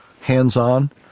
hands-on